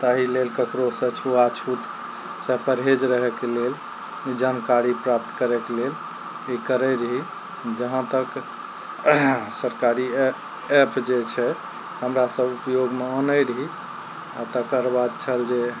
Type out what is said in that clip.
ताहि लेल ककरोसँ छुआछूतसँ परहेज रहयके लेल जानकारी प्राप्त करयके लेल ई करय रही जहाँ तक सरकारी ऐप ऐप जे छै हमरा सब उपयोगमे आनय रही आओर तकर बाद छल जे